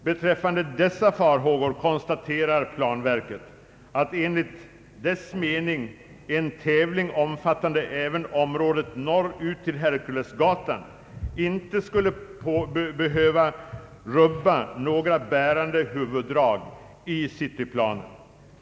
Beträffande de farhågorna konstaterar planverket att enligt dess mening en tävling omfattande även området norrut till Herkulesgatan inte skulle behöva rubba några bärande huvuddrag i cityplanen.